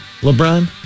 LeBron